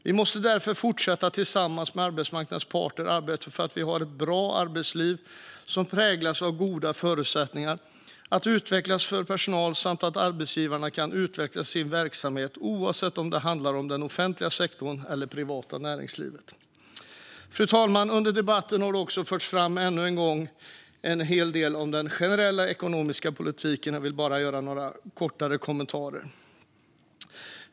Vi måste därför fortsätta att tillsammans med arbetsmarknadens parter arbeta för ett bra arbetsliv som präglas av att personalen har goda förutsättningar att utvecklas och av att arbetsgivarna kan utveckla sin verksamhet, oavsett om det handlar om den offentliga sektorn eller det privata näringslivet. Fru talman! Under debatten har det, ännu en gång, förts fram en hel del om den generella ekonomiska politiken. Jag vill göra några kortare kommentarer om detta.